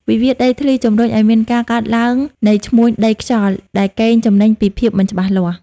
វិវាទដីធ្លីជំរុញឱ្យមានការកើតឡើងនៃឈ្មួញដីខ្យល់ ដែលកេងចំណេញពីភាពមិនច្បាស់លាស់។